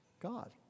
God